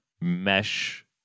mesh